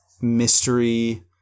mystery